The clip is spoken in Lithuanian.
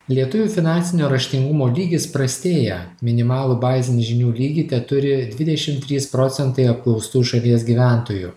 lietuvių finansinio raštingumo lygis prastėja minimalų bazinį žinių lygį teturi dvidešim trys procentai apklaustų šalies gyventojų